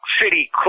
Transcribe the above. city